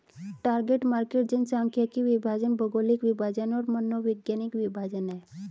target market जनसांख्यिकीय विभाजन, भौगोलिक विभाजन और मनोवैज्ञानिक विभाजन हैं